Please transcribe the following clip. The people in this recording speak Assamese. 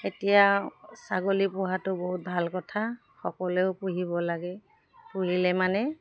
এতিয়া ছাগলী পোহাটো বহুত ভাল কথা সকলোৱেও পুহিব লাগে পুহিলে মানে